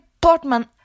Portman